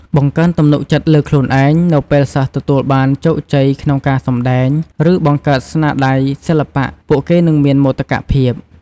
បង្កើនទំនុកចិត្តលើខ្លួនឯង នៅពេលសិស្សទទួលបានជោគជ័យក្នុងការសម្តែង ឬបង្កើតស្នាដៃសិល្បៈ ពួកគេនឹងមានមោទកភាព។